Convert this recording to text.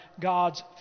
God's